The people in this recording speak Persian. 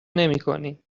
نمیکنی